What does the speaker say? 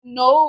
no